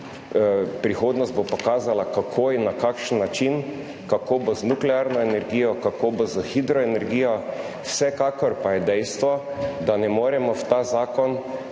Prihodnost bo pokazala, kako in na kakšen način, kako bo z nuklearno energijo, kako bo s hidroenergijo, vsekakor pa je dejstvo, da ne moremo v ta zakon